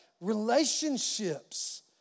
relationships